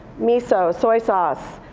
miso, soy sauce,